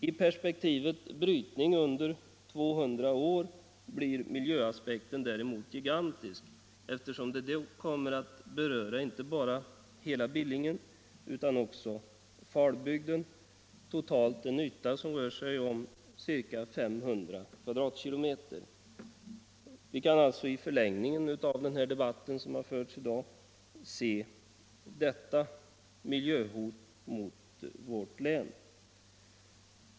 Ur perspektivet brytning under 200 år blir miljöaspekterna däremot gigantiska, eftersom de då kommer att beröra inte bara hela Billingen utan också Falbygden, totalt en yta på ca 500 km”. Vi kan alltså i förlängningen av den debatt som förts i dag se detta miljöhot mot vårt län.